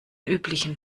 üblichen